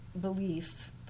belief